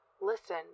Listen